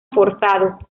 forzado